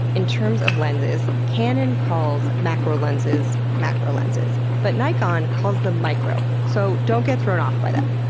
in terms of lenses, canon calls macro lenses macro lenses, but nikon calls them micro. so, don't get thrown off by that.